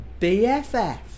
BFF